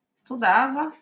estudava